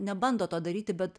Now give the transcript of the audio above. nebando to daryti bet